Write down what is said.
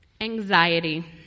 Anxiety